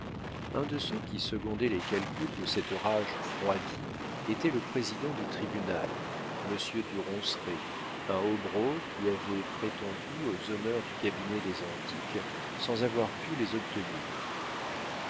un de ceux qui secondaient les calculs de cette rage froidie était le président du tribunal monsieur du ronceret un hobereau qui avait prétendu aux honneurs du cabinet des antiques sans avoir pu les obtenir